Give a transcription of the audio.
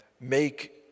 make